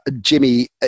Jimmy